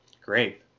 Great